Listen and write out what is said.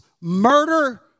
murder